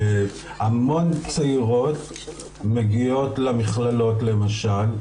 המון צעירות מגיעות למכללות למשל,